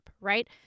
right